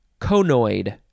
conoid